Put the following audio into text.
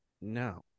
no